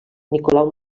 nicolau